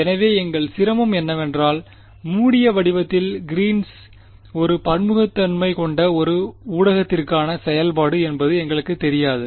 எனவே எங்கள் சிரமம் என்னவென்றால் மூடிய வடிவத்தில் கிரீன்ஸ் green's ஒரு பன்முகத்தன்மை கொண்ட ஊடகத்திற்கான செயல்பாடு என்பது எங்களுக்குத் தெரியாது